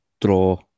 Draw